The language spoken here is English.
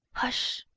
hush!